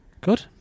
good